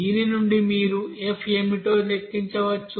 దీని నుండి మీరు f ఏమిటో లెక్కించవచ్చు